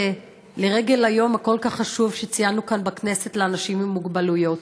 לרגל היום הכל-כך חשוב שציינו כאן בכנסת לאנשים עם מוגבלויות.